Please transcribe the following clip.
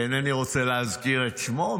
שאינני רוצה להזכיר את שמו,